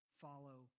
follow